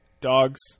Dogs